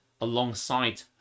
alongside